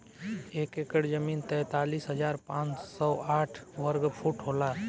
एक एकड़ जमीन तैंतालीस हजार पांच सौ साठ वर्ग फुट होला